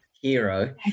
hero